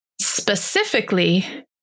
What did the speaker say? specifically